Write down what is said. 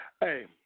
hey